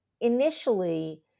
initially